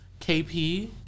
KP